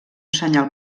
senyal